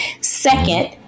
Second